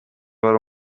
wari